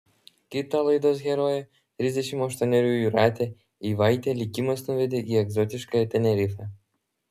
kitą laidos heroję trisdešimt aštuonerių jūratę eivaitę likimas nuvedė į egzotiškąją tenerifę